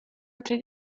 altri